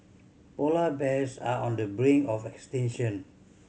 polar bears are on the brink of extinction